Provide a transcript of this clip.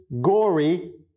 gory